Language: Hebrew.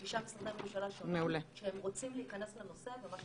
שישה משרדי ממשלה שונים שהם רוצים להיכנס לנושא הזה.